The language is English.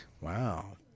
Wow